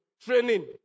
training